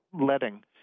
letting